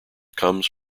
comes